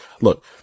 look